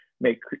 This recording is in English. make